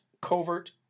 Covert